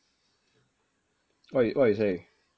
what you what you say